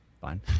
Fine